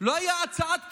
לא הייתה הצעת פשרה.